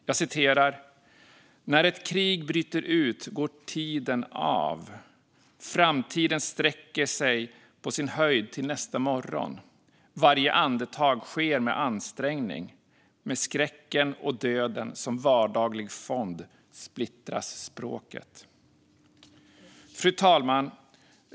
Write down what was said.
Jag citerar ur artikeln: "När ett krig bryter ut går 'tiden av'. Framtiden sträcker sig på sin höjd till nästa morgon. Varje andetag sker med ansträngning. Med skräcken och döden som vardaglig fond splittras språket." Fru talman!